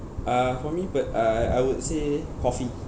uh for me but I I would say coffee